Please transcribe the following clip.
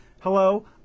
Hello